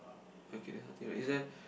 okay there's nothing right is there